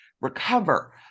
recover